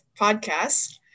podcast